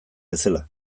bezala